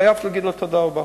אני חייב להגיד לו תודה רבה.